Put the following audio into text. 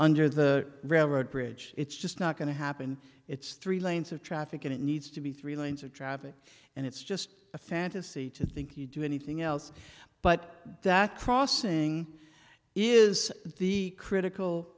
under the railroad bridge it's just not going to happen it's three lanes of traffic and it needs to be three lanes of traffic and it's just a fantasy to think you do anything else but that crossing is the critical